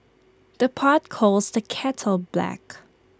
the pot calls the kettle black